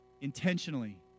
Intentionally